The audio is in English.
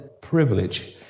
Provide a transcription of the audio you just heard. privilege